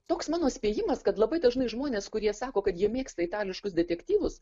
toks mano spėjimas kad labai dažnai žmonės kurie sako kad jie mėgsta itališkus detektyvus